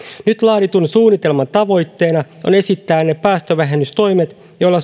nyt laaditun suunnitelman tavoitteena on esittää ne päästövähennystoimet joilla